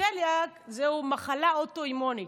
וצליאק זו מחלה אוטואימונית,